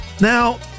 now